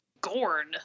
Gorn